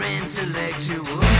intellectual